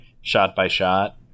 shot-by-shot